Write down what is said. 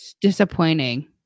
disappointing